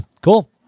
cool